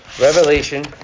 Revelation